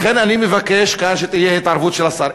לכן אני מבקש כאן שתהיה התערבות של השר.